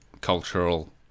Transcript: cultural